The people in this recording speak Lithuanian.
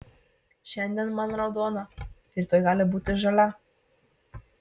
šiandien man raudona rytoj gali būti žalia